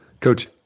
coach